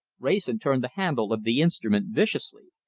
wrayson turned the handle of the instrument viciously.